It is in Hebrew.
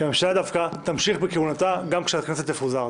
כי הממשלה דווקא תמשיך בכהונתה גם כשהכנסת תפוזר.